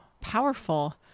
powerful